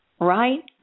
right